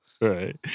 Right